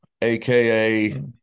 AKA